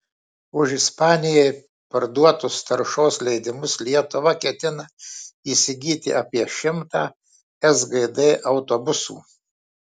už ispanijai parduotus taršos leidimus lietuva ketina įsigyti apie šimtą sgd autobusų